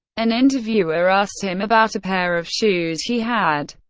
an interviewer asked him about a pair of shoes he had.